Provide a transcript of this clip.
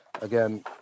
Again